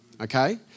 okay